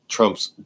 Trump's